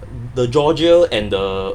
the georgia and the